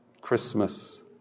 Christmas